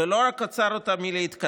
ולא רק עצר אותה מלהתקדם,